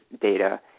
data